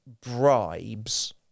bribes